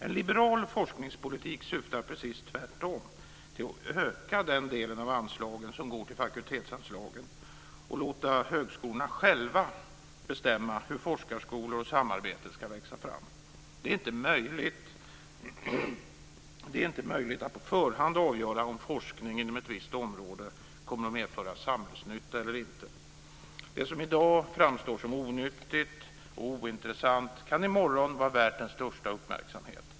En liberal forskningspolitik syftar precis tvärtom till att öka den delen av anslagen som går till fakultetsanslagen och att låta högskolorna själva bestämma hur forskarskolor och samarbete ska växa fram. Det är inte möjligt att på förhand avgöra om forskning inom ett visst område kommer att medföra samhällsnytta eller inte. Det som i dag framstår som onyttigt och ointressant kan i morgon vara värt den största uppmärksamhet.